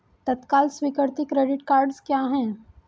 तत्काल स्वीकृति credit cards क्या हैं?